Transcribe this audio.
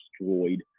destroyed